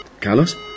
Carlos